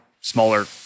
smaller